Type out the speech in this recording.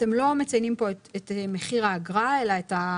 אתם לא מציינים פה את מחיר האגרה אלא את ההפחתה?